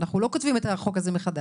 אנחנו לא כותבים את החוק הזה מחדש,